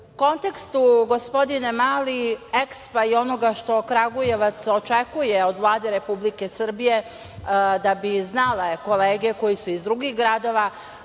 kontekstu, gospodine Mali, EKSPO-a i onoga što Kragujevac očekuje od Vlade Republike Srbije, da bi znale kolege koje su iz drugih gradova,